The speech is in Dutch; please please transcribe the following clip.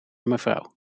mevrouw